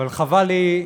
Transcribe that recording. אבל חבל לי,